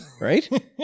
Right